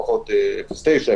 לפחות 0.9,